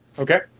Okay